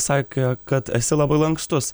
sakė kad esi labai lankstus